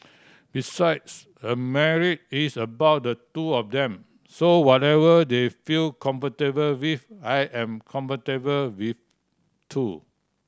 besides a marriage is about the two of them so whatever they feel comfortable with I am comfortable with too